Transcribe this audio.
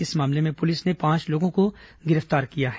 इस मामले में पुलिस ने पांच लोगों को गिरफ्तार किया है